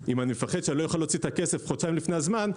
ואם אני מפחד שאני לא אוכל להוציא את הכסף חודשיים לפני הזמן,